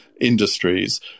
industries